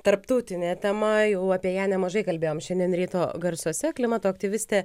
tarptautinė tema jau apie ją nemažai kalbėjom šiandien ryto garsuose klimato aktyvistė